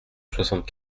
soixante